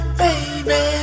baby